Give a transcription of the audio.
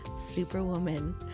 superwoman